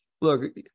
look